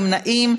אילן גילאון,